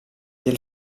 del